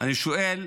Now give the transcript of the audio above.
ואני שואל: